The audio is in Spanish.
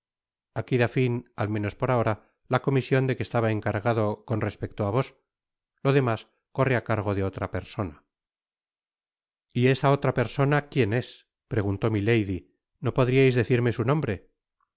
aqof dá fin al menos por ahora la comision de que estaba encargado con respecto á vos lo demás corre á cargo de otra persona y esa otra persona quién es preguntó milady no podriais decirme su nombre